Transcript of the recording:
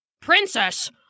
Princess